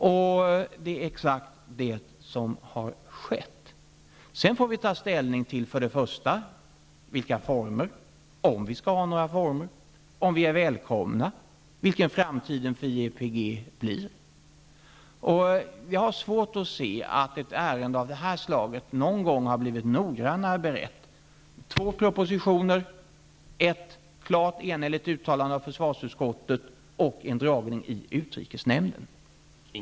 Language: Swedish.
Det är exakt det som har skett. Sedan får vi ta ställning till vilka former som skall tillämpas — om vi skall ha några former för detta, om vi är välkomna och vilken framtid IEPG har. Jag har svårt att se att ett ärende av detta slag någon gång har blivit noggrannare berett — genom två propositioner, ett klart, enhälligt uttalande i försvarsutskottet och en föredragning i utrikesnämnden.